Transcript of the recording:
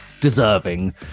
deserving